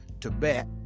Tibet